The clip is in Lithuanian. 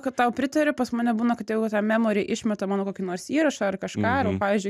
kad tau pritariu pas mane būna kad jeigu ta memori išmeta mano kokį nors įrašą ar kažką arba pavyzdžiui